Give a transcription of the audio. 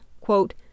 quote